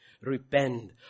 Repent